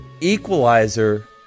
equalizer